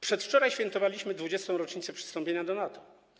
Przedwczoraj świętowaliśmy 20. rocznicę przystąpienia do NATO.